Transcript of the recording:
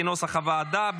כנוסח הוועדה,